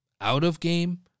out-of-game